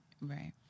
Right